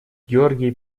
георгий